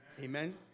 Amen